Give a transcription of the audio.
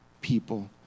people